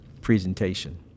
presentation